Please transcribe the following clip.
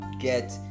get